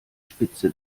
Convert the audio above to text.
spitze